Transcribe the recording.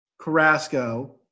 Carrasco